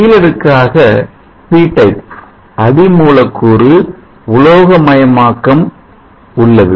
கீழ் அடுக்காக B type அடி மூலக்கூறு உலோகமயமாக்கம் உள்ளது